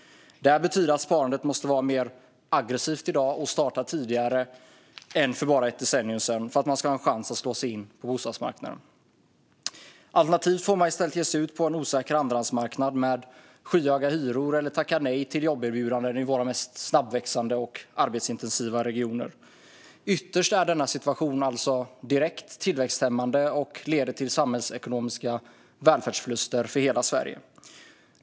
Det här betyder att sparandet måste vara mer aggressivt i dag och starta tidigare än för bara ett decennium sedan för att man ska ha en chans att slå sig in på bostadsmarknaden. Alternativt får man i stället ge sig ut på en osäker andrahandsmarknad med skyhöga hyror eller tacka nej till jobberbjudandena i våra mest snabbväxande och arbetsintensiva regioner. Ytterst är denna situation alltså direkt tillväxthämmande och leder till samhällsekonomiska välfärdsförluster för hela Sverige.